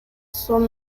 son